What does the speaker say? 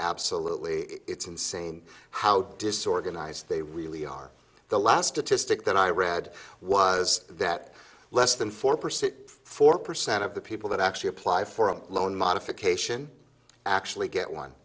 absolutely it's insane how disorganized they really are the last to stick that i read was that less than four percent four percent of the people that actually apply for a loan modification actually get one